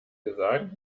gesagt